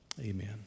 Amen